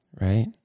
Right